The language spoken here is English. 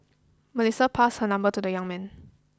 Melissa passed her number to the young man